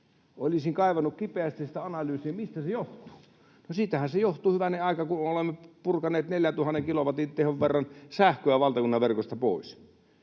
Olisin kaivannut kipeästi analyysiä siitä, mistä se johtuu. No, siitähän se johtuu hyvänen aika, kun olemme purkaneet 4 000 kilowatin tehon verran sähköä valtakunnan verkosta pois.